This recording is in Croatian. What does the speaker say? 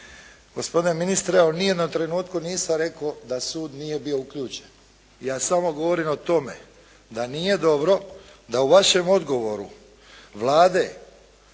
Gospodine ministre, u nijednom trenutku nisam rekao da sud nije bio uključen. Ja samo govorim o tome da nije dobro da u vašem odgovoru Vlade